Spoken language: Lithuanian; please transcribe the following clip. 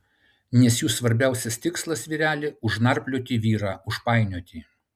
nes jų svarbiausias tikslas vyreli užnarplioti vyrą užpainioti